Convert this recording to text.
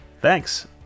thanks